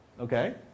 Okay